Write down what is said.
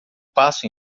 passo